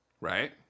Right